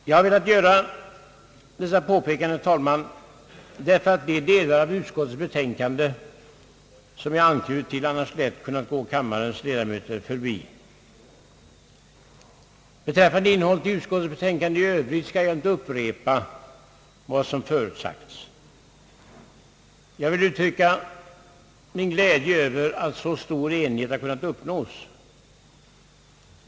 Jag har velat göra dessa påpekanden, herr talman, därför att de delar av utskottets betänkande som jag anknutit till annars lätt kunnat gå kammarens ledamöter förbi. Beträffande innehållet i utskottets betänkande i övrigt skall jag inte upprepa vad som förut sagts. Jag vill uttrycka min glädje över att så stor enighet kunnat uppnås.